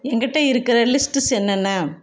எங்கிட்ட இருக்கிற லிஸ்ட்டுஸ் என்னென்ன